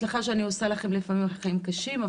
סליחה שאני עושה לכם לפעמים חיים קשים,